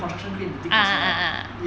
construction crane you see before